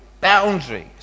boundaries